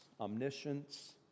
omniscience